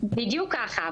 בדיוק ככה.